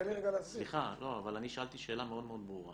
אני שאלתי שאלה מאוד ברורה.